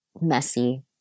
messy